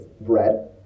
bread